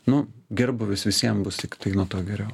nu gerbūvis visiem bus tiktai nuo to geriau